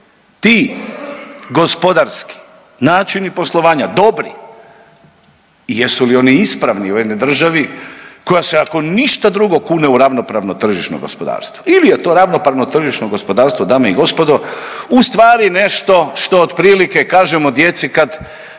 ti gospodarski načini poslovanja dobri i jesu li oni ispravni u jednoj državi koja se ako ništa drugo kune u ravnopravno tržišno gospodarstvo ili je to ravnopravno tržišno gospodarstvo dame i gospodo u stvari nešto što otprilike kažemo djeci kad